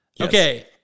Okay